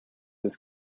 his